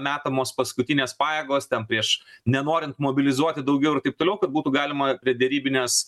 metamos paskutinės pajėgos ten prieš nenorint mobilizuoti daugiau ir taip toliau kad būtų galima prie derybinės